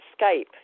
Skype